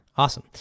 Awesome